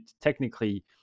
technically